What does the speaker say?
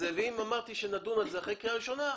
ואם אמרתי שנדון על זה אחרי קריאה ראשונה,